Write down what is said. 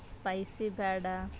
spicy ಬೇಡ